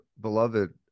beloved